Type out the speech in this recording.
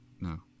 No